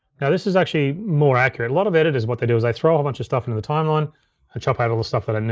now this is actually more accurate. a lot of editors, what they do is they throw a whole bunch of stuff in the timeline and ah chop out all the stuff but and they